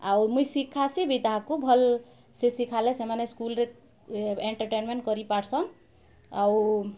ଆଉ ମୁଇଁ ଶିଖାସି ବି ତାହାକୁ ଭଲ୍ସେ ଶିଖାଲେ ସେମାନେ ସ୍କୁଲ୍ରେ ଏଣ୍ଟର୍ଟେନ୍ମେଣ୍ଟ୍ କରିପାର୍ସନ୍ ଆଉ